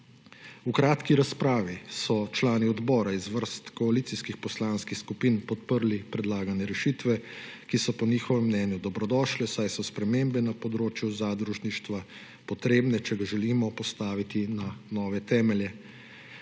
V kratki razpravi so člani odbora iz vrst koalicijskih poslanskih skupin podprli predlagane rešitve, ki so po njihovem mnenju dobrodošle, saj so spremembe na področju zadružništva potrebne, če ga želimo postaviti na nove temelje.